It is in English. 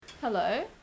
Hello